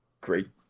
great